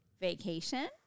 vacation